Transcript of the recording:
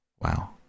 Wow